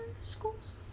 schools